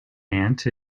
aunt